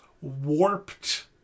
warped